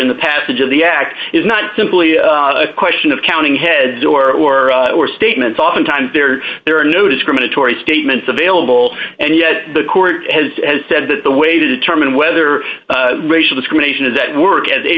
in the passage of the act is not simply a question of counting heads or or or statements oftentimes there are there are no discriminatory statements available and yet the court has has said that the way to determine whether racial discrimination is at work as a